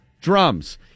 drums